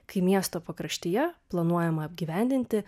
kai miesto pakraštyje planuojama apgyvendinti